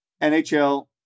NHL